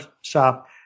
shop